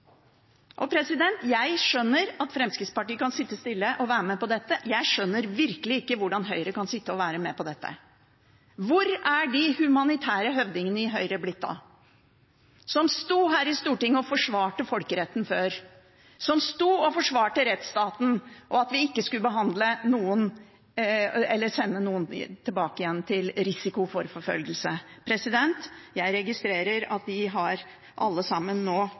Jeg skjønner at Fremskrittspartiet kan sitte stille og være med på dette. Jeg skjønner virkelig ikke hvordan Høyre kan sitte og være med på dette. Hvor er de humanitære høvdingene i Høyre blitt av – som sto her i Stortinget og forsvarte folkeretten før, som sto og forsvarte rettsstaten og at vi ikke skulle sende noen tilbake igjen til risiko for forfølgelse? Jeg registrerer at de har alle sammen nå